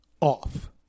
off